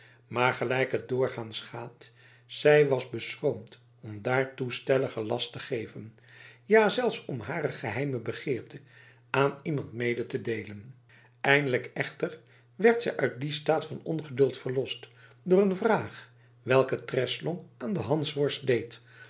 maar gelijk het doorgaans gaat zij was beschroomd om daartoe stelligen last te geven ja zelfs om hare geheime begeerte aan iemand mede te deelen eindelijk echter werd zij uit dien staat van ongeduld verlost door een vraag welke treslong aan den hansworst deed